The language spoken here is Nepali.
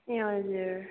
ए हजुर